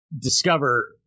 discover